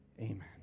Amen